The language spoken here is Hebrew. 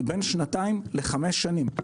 היא בין שנתיים לחמש שנים.